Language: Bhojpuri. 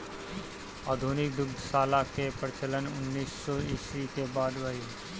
आधुनिक दुग्धशाला कअ प्रचलन उन्नीस सौ ईस्वी के बाद भइल